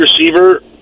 receiver